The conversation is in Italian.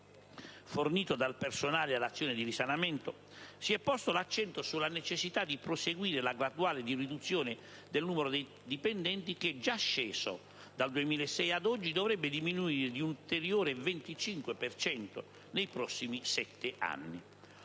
fornito dal personale all'azione di risanamento, si è posto l'accento sulla necessità di proseguire nella graduale riduzione del numero dei dipendenti che, già sceso dal 2006 ad oggi, dovrebbe diminuire di un ulteriore 25 per cento nei prossimi sette anni.